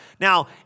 Now